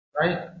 right